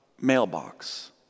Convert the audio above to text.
mailbox